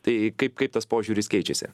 tai kaip kaip tas požiūris keičiasi